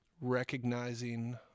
recognizing